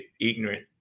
ignorant